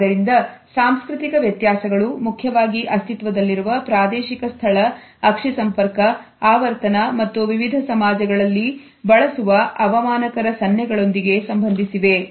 ಆದ್ದರಿಂದ ಸಾಂಸ್ಕೃತಿಕ ವ್ಯತ್ಯಾಸಗಳು ಮುಖ್ಯವಾಗಿ ಅಸ್ತಿತ್ವದಲ್ಲಿರುವ ಪ್ರಾದೇಶಿಕ ಸ್ಥಳ ಅಕ್ಷಿ ಸಂಪರ್ಕ ಆವರ್ತನ ಮತ್ತು ವಿವಿಧ ಸಮಾಜಗಳಲ್ಲಿ ಬಳಸುವ ಅವಮಾನಕರ ಸನ್ನೆಗಳೊಂದಿಗೆ ಸಂಬಂಧಿಸಿವೆ